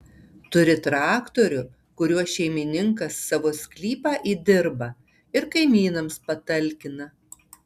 turi traktorių kuriuo šeimininkas savo sklypą įdirba ir kaimynams patalkina